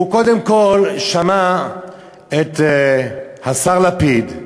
הוא קודם כול שמע את השר לפיד,